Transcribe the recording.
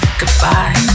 goodbye